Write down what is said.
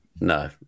No